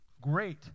Great